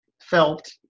felt